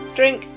Drink